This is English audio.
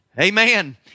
Amen